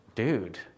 Dude